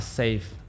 safe